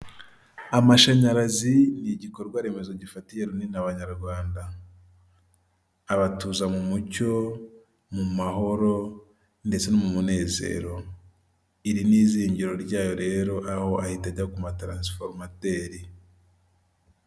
Umuntu wambaye ishati y'amaboko karuvati ya rujeborodo isaha y'umukara ku kuboko ari kuvugira muri mayikorofone birashoboka ko ari kuvuga ibyo uruganda rw'icyayi rwa Rutsiro rukora.